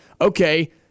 okay